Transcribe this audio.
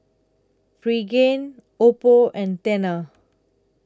Pregain Oppo and Tena